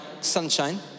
sunshine